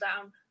down